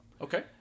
Okay